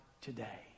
today